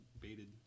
baited